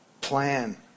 plan